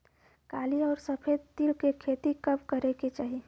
काली अउर सफेद तिल के खेती कब करे के चाही?